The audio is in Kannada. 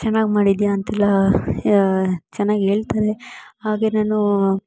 ಚೆನ್ನಾಗಿ ಮಾಡಿದಿಯಾ ಅಂತೆಲ್ಲ ಚೆನ್ನಾಗಿ ಹೇಳ್ತರೆ ಹಾಗೆ ನಾನು